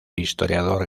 historiador